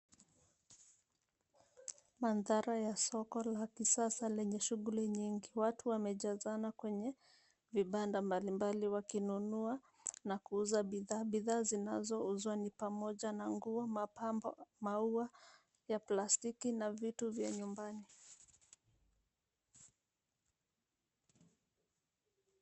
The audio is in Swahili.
Mandhara ya soko la kisasa lenye shughuli nyingi. Watu wamejazana kwenye vibanda mbalimbali, wakinunua na kuuza bidhaa. Bidhaa zinazouzwa ni pamoja na nguo, mapambo, maua ya plastiki na vitu vya nyumbani.